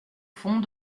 fond